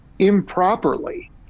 improperly